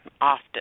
often